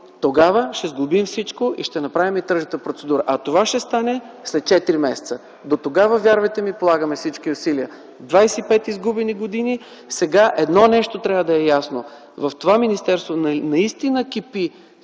тогава ще сглобим всичко и ще направим тръжната процедура. Това ще стане след четири месеца. Дотогава, вярвайте ми, полагаме всички усилия. Двадесет и пет изгубени години. Сега едно нещо трябва да е ясно: в това министерство наистина кипи